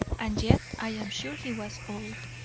and yet i'm sure he was old.